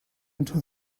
into